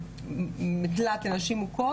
שיצאה ממקלט לנשים מוכות,